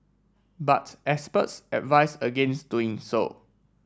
but experts advise against doing so